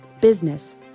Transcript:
business